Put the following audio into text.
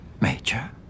Major